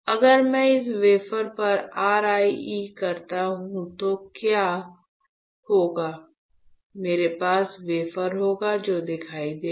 अगर मैं इस वेफर पर RIE करता हूं तो क्या होगा मेरे पास वेफर होगा जो दिखाई देगा